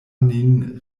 nin